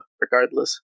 regardless